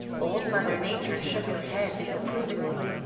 old mother nature shook her head disapprovingly.